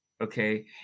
okay